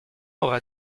auras